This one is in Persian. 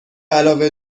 علاوه